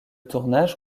tournage